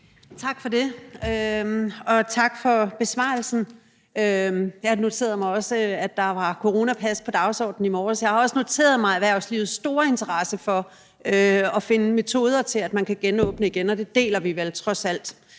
Tak for det. Og tak for besvarelsen. Jeg noterede mig også, at der var coronapas på dagsordenen i morges, og jeg har også noteret mig erhvervslivets store interesse for at finde metoder til at gøre det muligt at genåbne, og det ønske deler vi vel trods alt.